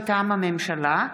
מטעם הממשלה,